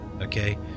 okay